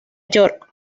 york